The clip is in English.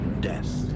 death